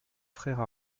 frères